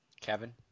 Kevin